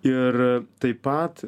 ir taip pat